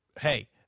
Hey